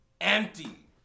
empty